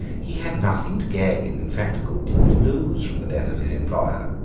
he had nothing to gain, in fact, a good deal to lose, from the death of his employer.